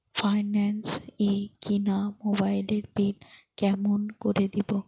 Finance এ কিনা মোবাইলের বিল কেমন করে দিবো?